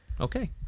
okay